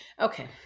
Okay